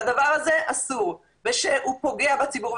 שהדבר הזה אסור ושהוא פוגע בציבור,